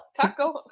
Taco